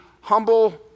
humble